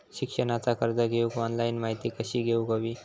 शिक्षणाचा कर्ज घेऊक ऑनलाइन माहिती कशी घेऊक हवी?